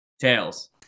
Tails